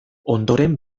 ondoren